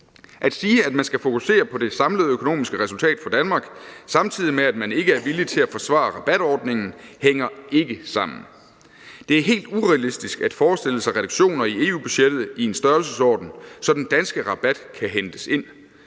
At sige, at man skal fokusere på det samlede økonomiske resultat for Danmark, samtidig med at man ikke er villig til at forsvare rabatordningen, hænger ikke sammen. Det er helt urealistisk at forestille sig reduktioner i EU-budgettet i en størrelsesorden, så den danske rabat kan hentes ind.